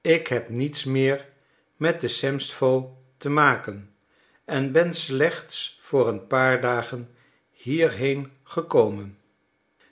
ik heb niets meer met de semstwo te maken en ben slechts voor een paar dagen hierheen gekomen